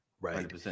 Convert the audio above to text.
Right